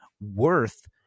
worth